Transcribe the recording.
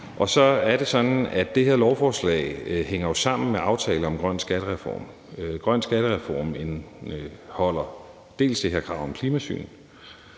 Så er det sådan, at det her lovforslag jo hænger sammen med aftale om grøn skattereform. Grøn skattereform indeholder dels det her krav om klimasyn,